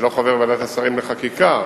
אני לא חבר ועדת השרים לחקיקה,